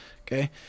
Okay